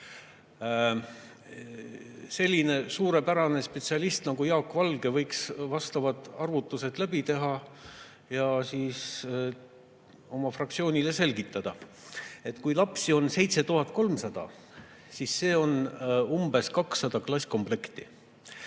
Selline suurepärane spetsialist nagu Jaak Valge võiks vastavad arvutused läbi teha ja siis oma fraktsioonile selgitada, et kui lapsi on 7300, siis see on umbes 200 klasskomplekti.